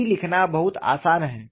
P लिखना बहुत आसान है